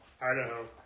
Idaho